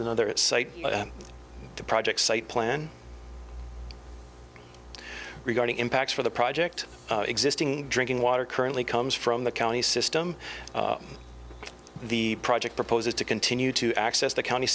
site the project site plan regarding impacts for the project existing drinking water currently comes from the county system the project proposes to continue to access the county